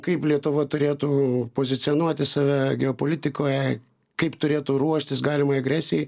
kaip lietuva turėtų pozicionuoti save geopolitikoje kaip turėtų ruoštis galimai agresijai